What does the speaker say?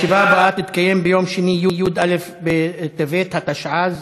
הישיבה הבאה תתקיים ביום שני, י"א בטבת התשע"ז,